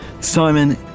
simon